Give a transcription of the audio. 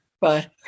Bye